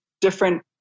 different